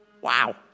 wow